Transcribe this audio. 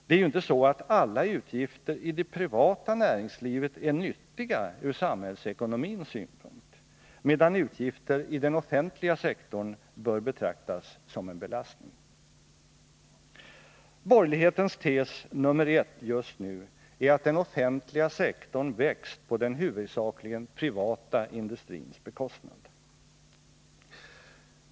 Det är ju inte så att alla uppgifter i det privata näringslivet är nyttiga ur samhällsekonomins synpunkt, medan utgifter i den offentliga sektorn bör betraktas som en belastning. Borgerlighetens tes nr 1 just nu är att den offentliga sektorn växt på den huvudsakligen privata industrins bekostnad.